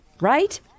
right